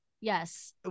yes